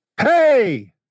Hey